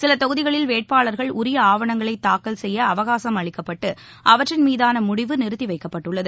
சில தொகுதிகளில் வேட்பாளர்கள் உரிய ஆவணங்களை தாக்கல் செய்ய அவகாசம் அளிக்கப்பட்டு அவற்றின் மீதான முடிவு நிறுத்தி வைக்கப்பட்டுள்ளது